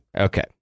Okay